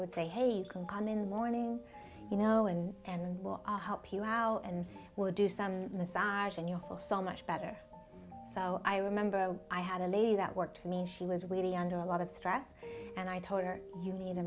would say hey you can come in the morning you know and and we'll help you out and we'll do some massage and you'll feel so much better so i remember i had a lady that worked for me she was waiting under a lot of stress and i told her you need a